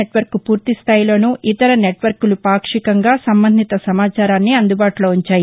network పూర్తి స్థాయిలో ఇతర నెట్ వర్క్లు పాక్షికంగా సంబంధిత సమాచారాన్ని అందుబాటులో ఉంచాయి